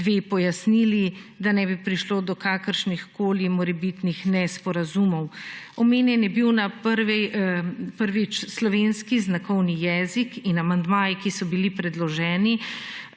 dve pojasnili, da ne bi prišlo do kakršnihkoli morebitnih nesporazumov. Omenjen je bil prvič slovenski znakovni jezik in amandmaji, ki so bili predloženi.